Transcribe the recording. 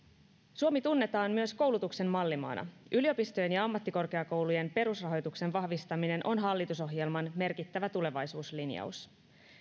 suomi tunnetaan myös koulutuksen mallimaana yliopistojen ja ammattikorkeakoulujen perusrahoituksen vahvistaminen on hallitusohjelman merkittävä tulevaisuuslinjaus